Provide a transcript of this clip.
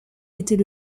était